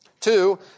Two